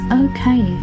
okay